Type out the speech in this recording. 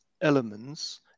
elements